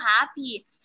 happy